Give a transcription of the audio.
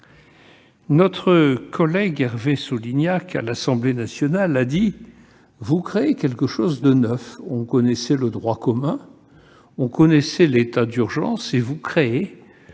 Notre collègue député Hervé Saulignac l'a dit à l'Assemblée nationale : vous créez quelque chose de neuf. On connaissait le droit commun, on connaissait l'état d'urgence, et vous créez